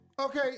Okay